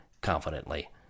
confidently